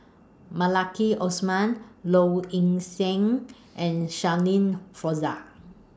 Maliki Osman Low Ing Sing and Shirin Fozdar